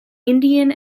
indian